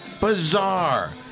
Bizarre